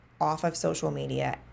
off-of-social-media